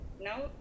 Now